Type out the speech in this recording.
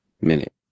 minute